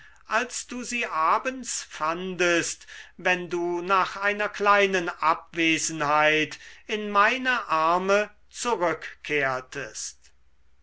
als du sie abends fandest wenn du nach einer kleinen abwesenheit in meine arme zurückkehrtest